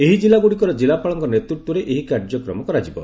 ଏହି କିଲ୍ଲାଗୁଡ଼ିକର ଜିଲ୍ଲାପାଳଙ୍କ ନେତୃତ୍ୱରେ ଏହି କାର୍ଯ୍ୟକ୍ରମ କରାଯିବ